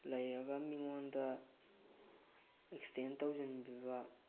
ꯂꯩꯔꯒ ꯃꯤꯉꯣꯟꯗ ꯑꯦꯛꯁꯤꯗꯦꯟ ꯇꯧꯁꯤꯟꯕꯤꯕ